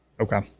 okay